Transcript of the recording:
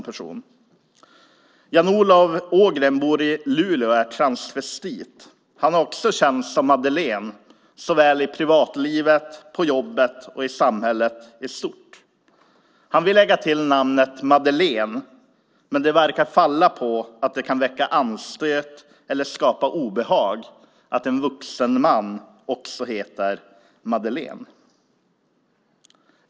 Jan-Olov Ågren bor i Luleå och är transvestit. Han är också känd som Madeleine såväl i privatlivet, på jobbet som i samhället i stort. Han vill lägga till namnet Madeleine, men det verkar falla på att det kan väcka anstöt eller skapa obehag att en vuxen man också heter Madeleine.